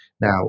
now